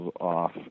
off